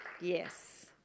Yes